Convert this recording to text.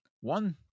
one